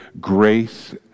grace